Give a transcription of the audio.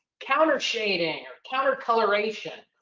countershading or counter coloration.